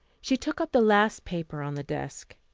she took up the last paper on the desk.